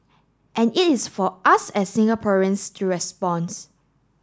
and it is for us as Singaporeans to responds